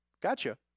gotcha